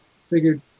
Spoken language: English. figured